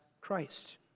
Christ